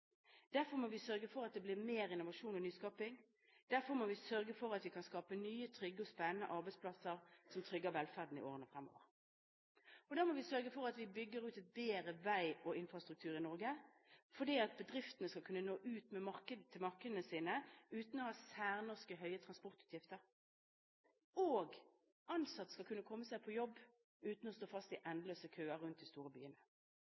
derfor må vi sørge for at det blir mer innovasjon og nyskaping, og derfor må vi sørge for at vi kan skape nye, trygge og spennende arbeidsplasser, som trygger velferden i årene fremover. Da må vi sørge for at vi bygger ut en bedre vei- og infrastruktur i Norge, for at bedriftene skal kunne nå ut til markedene sine uten å ha særnorske høye transportutgifter, og ansatte skal kunne komme seg på jobb uten å stå fast i endeløse køer rundt de store byene.